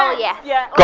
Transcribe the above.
ah yeah? yeah.